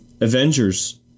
avengers